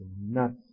nuts